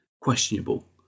questionable